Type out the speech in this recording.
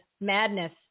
madness